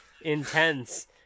intense